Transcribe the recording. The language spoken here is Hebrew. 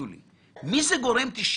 מי זה "גורם 99"?